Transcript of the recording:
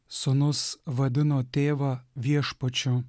sūnus vadino tėvą viešpačiu